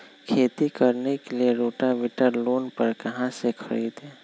खेती करने के लिए रोटावेटर लोन पर कहाँ से खरीदे?